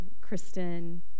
Kristen